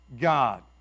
God